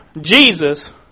Jesus